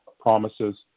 promises